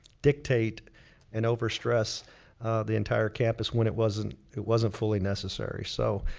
dictate and overstress the entire campus when it wasn't it wasn't fully necessary. so,